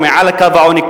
או מעל לקו העוני,